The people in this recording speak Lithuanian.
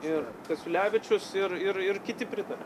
ir kasiulevičius ir ir ir kiti pritaria